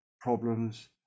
problems